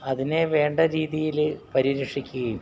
അതിനെ വേണ്ട രീതിയില് പരിരക്ഷിക്കുകയും